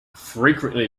frequently